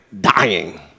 dying